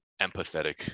empathetic